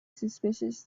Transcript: suspicious